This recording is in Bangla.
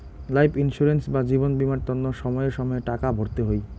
লাইফ ইন্সুরেন্স বা জীবন বীমার তন্ন সময়ে সময়ে টাকা ভরতে হই